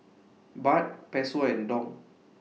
Baht Peso and Dong